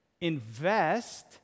Invest